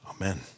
Amen